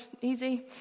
easy